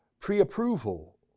pre-approval